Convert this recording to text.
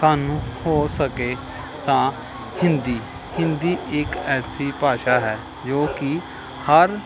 ਸਾਨੂੰ ਹੋ ਸਕੇ ਤਾਂ ਹਿੰਦੀ ਹਿੰਦੀ ਇਕ ਐਸੀ ਭਾਸ਼ਾ ਹੈ ਜੋ ਕਿ ਹਰ